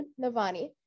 Navani